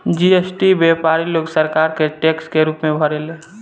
GST व्यापारी लोग सरकार के टैक्स के रूप में भरेले